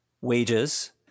wages